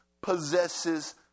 possesses